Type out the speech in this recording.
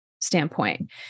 standpoint